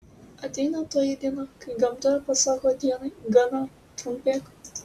ateina toji diena kai gamta pasako dienai gana trumpėk